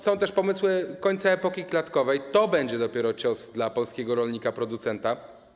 Są też pomysły końca epoki klatkowej, to będzie dopiero cios dla polskiego rolnika, producenta.